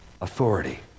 authority